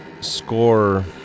score